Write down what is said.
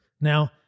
Now